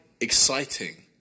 exciting